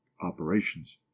operations